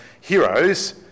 heroes